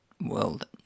world